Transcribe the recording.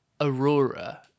aurora